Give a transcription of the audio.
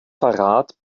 verrat